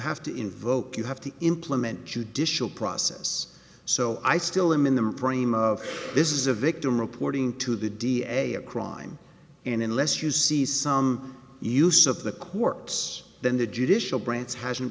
have to invoke you have to implement judicial process so i still i'm in the frame of this is a victim reporting to the da a crime and unless you see some use of the courts then the judicial branch hasn't